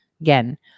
again